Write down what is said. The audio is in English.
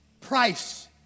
price